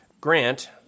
Grant